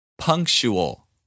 Punctual